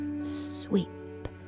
sweep